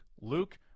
Luke